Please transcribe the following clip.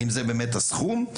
האם זה באמת הסכום?